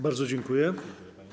Bardzo dziękuję.